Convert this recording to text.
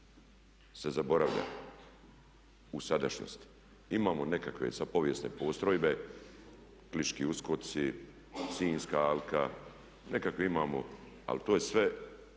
se zaboravlja u sadašnjosti. Imamo nekakve sad povijesne postrojbe, Kliški uskoci, Sinjska alka, nekakve imamo ali to je sve